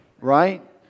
right